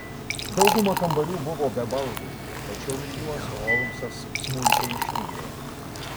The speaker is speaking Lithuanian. dauguma kambarių buvo be baldų tačiau ir juos holmsas smulkiai ištyrė